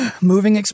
Moving